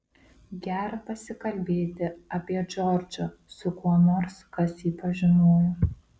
gera pasikalbėti apie džordžą su kuo nors kas jį pažinojo